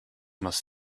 must